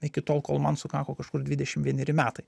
iki tol kol man sukako kažkur dvidešim vieneri metai